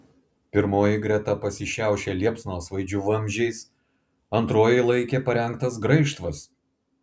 pirmoji greta pasišiaušė liepsnosvaidžių vamzdžiais antroji laikė parengtas graižtvas